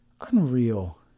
Unreal